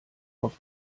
auf